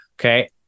Okay